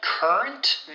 Current